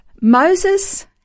Moses